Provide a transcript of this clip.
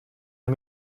der